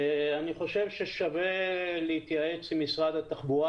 אני חושב ששווה להתייעץ עם משרד התחבורה